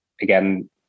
again